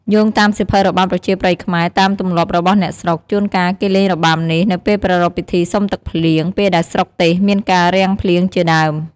យោងតាមសៀវភៅរបាំប្រជាប្រិយខ្មែរ តាមទំលាប់របស់អ្នកស្រុក ជួនកាលគេលេងរបាំនេះ នៅពេលប្រារព្ធពិធីសុំទឹកភ្លៀង ពេលដែលស្រុកទេសមានការរាំងភ្លៀងជាដើម។